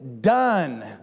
done